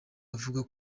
avuga